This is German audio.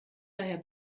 daher